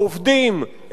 העובדים,